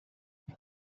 this